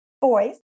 boys